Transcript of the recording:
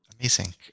Amazing